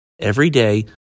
Everyday